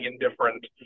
indifferent